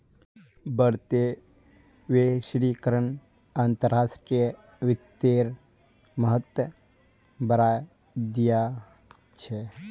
बढ़ते वैश्वीकरण अंतर्राष्ट्रीय वित्तेर महत्व बढ़ाय दिया छे